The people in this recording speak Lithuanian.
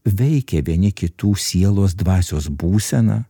veikė vieni kitų sielos dvasios būseną